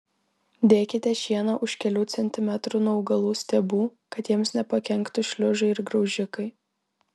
dėkite šieną už kelių centimetrų nuo augalų stiebų kad jiems nepakenktų šliužai ir graužikai